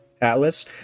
Atlas